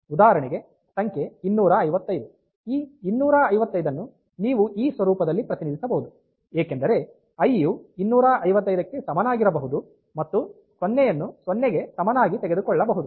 ಉದಾಹರಣೆಗೆ ಸಂಖ್ಯೆ 255 ಈ 255ನ್ನು ನೀವು ಈ ಸ್ವರೂಪದಲ್ಲಿ ಪ್ರತಿನಿಧಿಸಬಹುದು ಏಕೆಂದರೆ i ಯು 255 ಕ್ಕೆ ಸಮನಾಗಿರಬಹುದು ಮತ್ತು 0 ಅನ್ನು 0 ಗೆ ಸಮನಾಗಿ ತೆಗೆದುಕೊಳ್ಳಬಹುದು